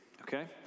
okay